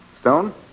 Stone